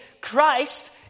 Christ